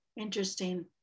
Interesting